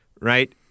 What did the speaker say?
right